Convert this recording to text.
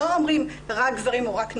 לא אומרים, רק גברים או רק נשים.